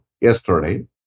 yesterday